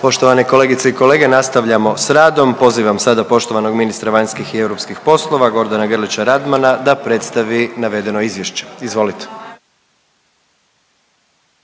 Poštovane kolegice i kolege nastavljamo s radom. Pozivam sada poštovanog ministra vanjskih i europskih poslova Gordana Grlića Radmana da predstavi navedeno izvješće. Izvolite.